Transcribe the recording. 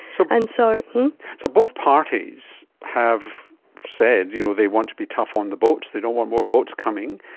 so and so so both parties have said you know they want to be tough on the boats, they don't want more boats coming.